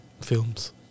films